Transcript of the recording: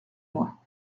moi